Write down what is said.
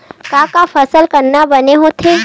का का फसल करना बने होथे?